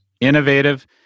innovative